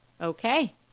Okay